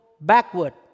backward